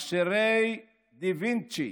מכשירי דה-וינצ'י